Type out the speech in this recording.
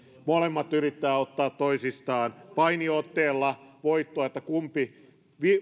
molemmat yrittävät ottaa toisistaan painiotteella voittoa kumpi